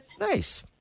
nice